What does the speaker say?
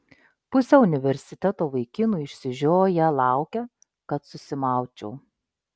pusė universiteto vaikinų išsižioję laukia kad susimaučiau